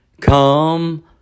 Come